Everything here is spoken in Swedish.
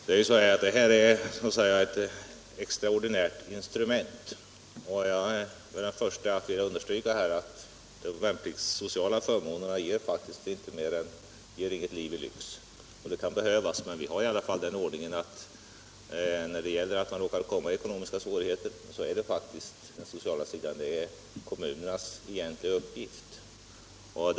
Herr talman! Det här är så att säga ett extraordinärt instrument. Jag är den förste att vilja understryka att de värnpliktigas sociala förmåner faktiskt inte ger något liv i lyx. Men vi har ju den ordningen att om man råkar komma i ekonomiska svårigheter så finns den sociala sidan. Det är kommunernas egentliga uppgift att hjälpa.